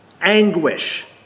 anguish